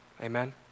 Amen